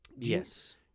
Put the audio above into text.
Yes